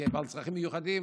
כבעל צרכים מיוחדים.